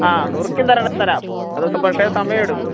ആ നുറുക്കി തരണമെങ്കിൽ തരാം അത് പക്ഷേ സമയം എടുക്കും